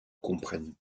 comprennent